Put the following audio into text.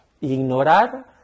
ignorar